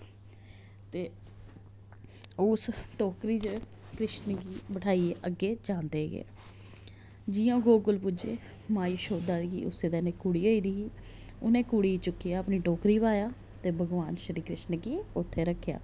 ओह् उस टोकरी च कृष्ण गी बठाइयै अग्गें जंदे गै जि'यां गोकुल पुज्जे मां यशोदा गी उसे दिन कुड़ी होई दी ही उ'नें कुड़ी चुक्केआ अपनी टोकरी च पाया ते भगवान श्री कृष्ण गी उत्थें रखेआ